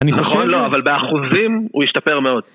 אני חושב... לא לא, אבל באחוזים הוא השתפר מאוד.